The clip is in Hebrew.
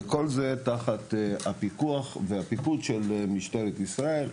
כל זה תחת הפיקוח והפיקוד של יגאל, ממשטרת ישראל.